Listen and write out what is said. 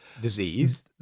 disease